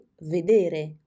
vedere